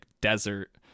desert